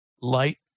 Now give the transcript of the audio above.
light